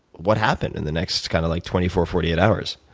what happened in the next kind of like twenty four, forty eight hours?